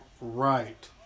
right